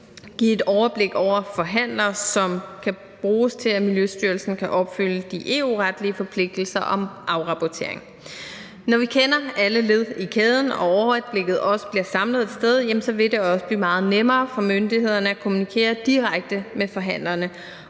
give et overblik over forhandlere, som kan bruges til, at Miljøstyrelsen kan opfylde de EU-retlige forpligtelser om afrapportering. Når vi kender alle led i kæden og overblikket også bliver samlet et sted, vil det også blive meget nemmere for myndighederne at kommunikere direkte med forhandlerne